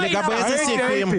הייתי.